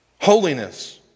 Holiness